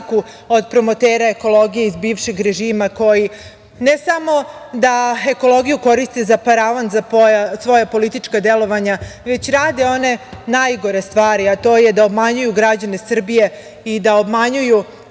od promotera ekologije iz bivšeg režima koji ne samo da ekologiju koriste za paravan za svoja politička delovanja, već rade one najgore stvari, a to je da obmanjuju građane Srbije i da obmanjuju